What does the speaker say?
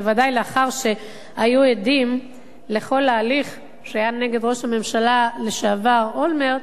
בוודאי לאחר שהיו עדים לכל ההליך שהיה נגד ראש הממשלה לשעבר אולמרט,